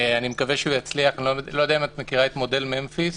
אני מקווה שהוא יצליח לא יודע אם את מכירה את מודל ממפיס,